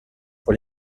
pour